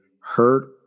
hurt